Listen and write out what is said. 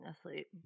asleep